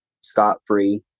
scot-free